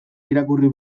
irakurri